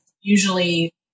usually